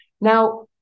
Now